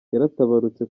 yaratabarutse